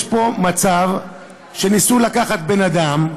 יש פה מצב שניסו לקחת בן-אדם,